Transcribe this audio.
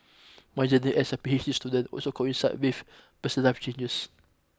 my journey as a P H D student also coincided with person life challenges